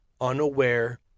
unaware